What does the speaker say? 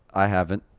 i haven't.